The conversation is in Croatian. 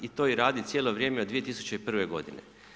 I to i radi cijelo vrijeme od 2001. godine.